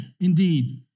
indeed